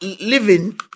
living